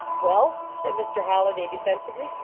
well, said mr. holliday, defensively,